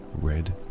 red